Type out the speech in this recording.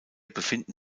befinden